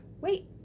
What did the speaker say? wait